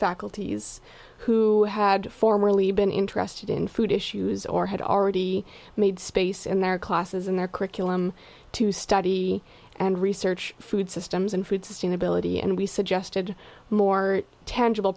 faculties who had formerly been interested in food issues or had already made space in their classes in their curriculum to study and research food systems and food sustainability and we suggested more tangible